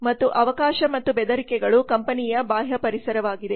ಮತ್ತು ಅವಕಾಶ ಮತ್ತು ಬೆದರಿಕೆಗಳುಕಂಪನಿಯ ಬಾಹ್ಯ ಪರಿಸರವಾಗಿದೆ